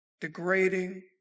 degrading